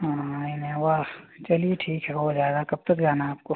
हाँ इनोवा चलिए ठीक है हो जाएगा कब तक जाना है आपको